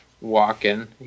walking